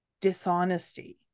dishonesty